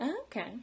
Okay